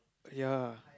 ya